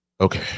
Okay